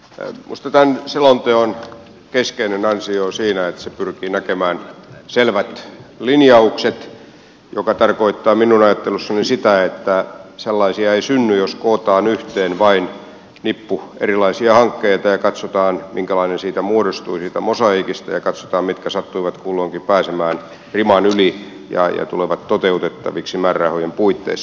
minusta tämän selonteon keskeinen ansio on siinä että se pyrkii näkemään selvät linjaukset mikä tarkoittaa minun ajattelussani sitä että sellaisia ei synny jos kootaan yhteen vain nippu erilaisia hankkeita ja katsotaan minkälainen siitä mosaiikista muodostui ja katsotaan mitkä sattuivat kulloinkin pääsemään riman yli ja tulevat toteutettaviksi määrärahojen puitteissa